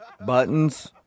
Buttons